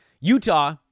Utah